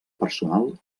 personal